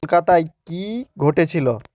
কলকাতায় কী ঘটেছিল